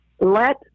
Let